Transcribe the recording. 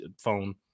phone